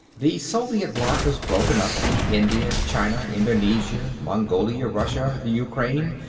the soviet bloc was broken up india, china, indonesia, mongolia, russia, the ukraine,